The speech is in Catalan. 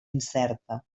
incerta